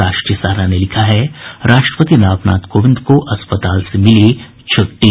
राष्ट्रीय सहारा ने लिखा है राष्ट्रपति रामनाथ कोविंद को अस्पताल से मिली छुट्टी